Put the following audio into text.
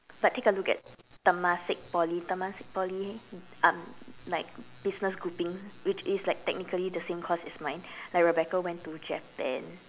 but take a look at Temasek Poly Temasek Poly um like business grouping which is like technically the same course as mine like Rebecca went to Japan